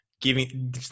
giving